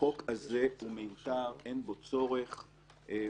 החוק הזה הוא מיותר, אין בו צורך בנושא.